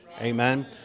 Amen